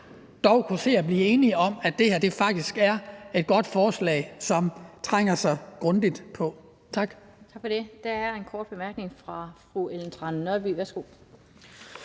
ikke kunne se at blive enige om, at det her faktisk er et godt forslag, som trænger sig grundigt på.